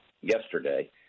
yesterday